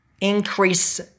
increase